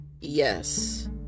Yes